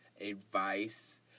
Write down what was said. advice